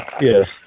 Yes